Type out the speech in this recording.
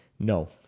No